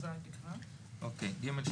(ג2),